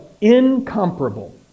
incomparable